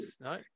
no